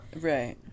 Right